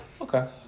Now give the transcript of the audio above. Okay